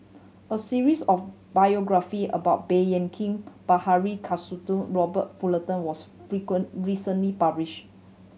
a series of biography about Baey Yam Keng Bilahari Kausikan Robert Fullerton was recently published